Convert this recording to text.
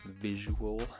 visual